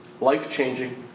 life-changing